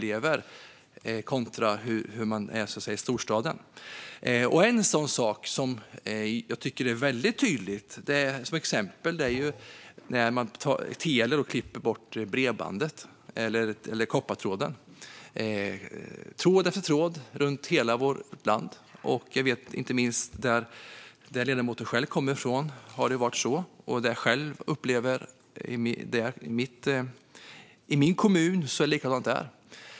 Ett exempel som jag tycker är tydligt är när Telia klipper bort koppartråden - tråd efter tråd runt hela vårt land. Inte minst i den trakt som ledamoten själv kommer ifrån har det varit så, och jag upplever att det är likadant i min hemkommun.